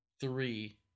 three